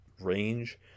range